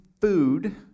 food